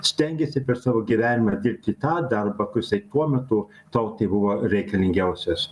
stengėsi per savo gyvenimą dirbti tą darbą kur jisai tuo metu tautai buvo reikalingiausias